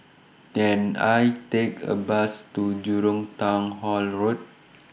Can I Take A Bus to Jurong Town Hall Road